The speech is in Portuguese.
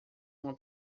uma